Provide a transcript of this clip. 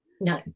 no